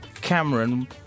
Cameron